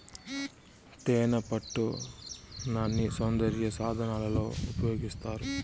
తేనెపట్టు నాన్ని సౌందర్య సాధనాలలో ఉపయోగిస్తారు